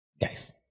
guys